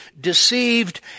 deceived